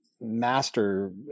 master